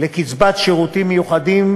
לקצבת שירותים מיוחדים,